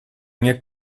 nie